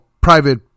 private